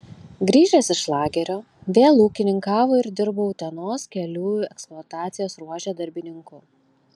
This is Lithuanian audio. grįžęs iš lagerio vėl ūkininkavo ir dirbo utenos kelių eksploatacijos ruože darbininku